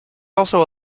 also